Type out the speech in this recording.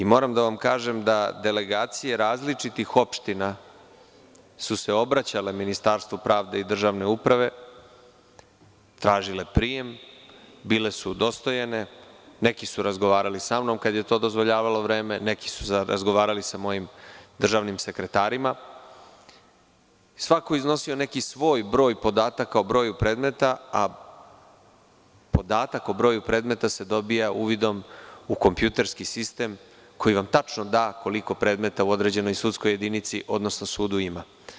Moram da vam kažem da delegacije različitih opština su se obraćale Ministarstvu pravde i državne uprave, tražile prijem, bile su udostojene, neke su razgovarale sa mnom kada je to dozvoljavalo vreme, neke su razgovarale sa mojim državnim sekretarima i svako je iznosio neki svoj broj podataka o broju predmeta, a podatak o broju predmeta se dobija uvidom u kompjuterski sistem koji vam tačno da koliko predmeta u određenoj sudskoj jedinici odnosno sudu ima.